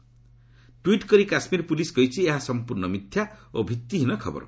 ଏକ ଟ୍ୱିଟ୍ କରି କାଶ୍କୀର ପୁଲିସ୍ କହିଛି ଏହା ସମ୍ପୂର୍ଣ୍ଣ ମିଥ୍ୟା ଓ ଭିଭିହୀନ ଖବର